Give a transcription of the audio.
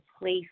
place